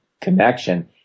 connection